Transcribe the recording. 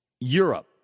Europe